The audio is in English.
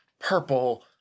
purple